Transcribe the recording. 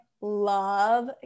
love